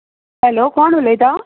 hello कोण उलयता